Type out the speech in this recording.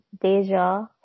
Deja